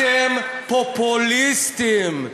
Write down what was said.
אתם פופוליסטים,